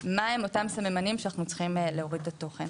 מהם אותם סממנים שאנחנו צריכים להוריד את התוכן.